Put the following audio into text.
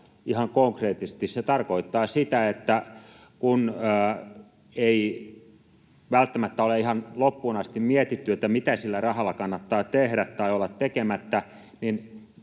ihan konkreettisesti? Se tarkoittaa sitä, että kun ei välttämättä ole ihan loppuun asti mietitty, mitä sillä rahalla kannattaa tehdä tai olla tekemättä, niin